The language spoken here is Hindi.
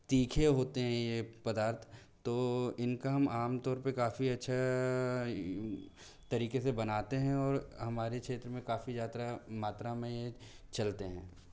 तीखे होते हैं ये पदार्थ तो इनका हम आमतौर पे काफ़ी अच्छा तरीके से बनाते हैं और हमारे क्षेत्र में काफ़ी ज़्यादा मात्रा में ये चलते हैं